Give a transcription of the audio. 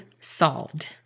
solved